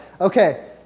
okay